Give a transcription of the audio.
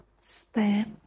Step